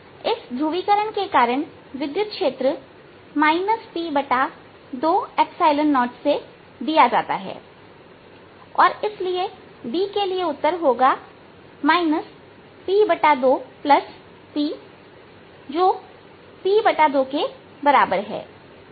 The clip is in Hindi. इस ध्रुवीकरण के कारण विद्युत क्षेत्र P20से दिया जाता है और इसलिए D के लिए उत्तर होगा P2Pजो P2 के बराबर है